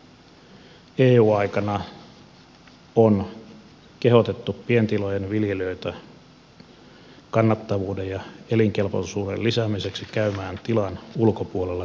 eu aikana on kehotettu pientilojen viljelijöitä kannattavuuden ja elinkelpoisuuden lisäämiseksi käymään tilan ulkopuolella töissä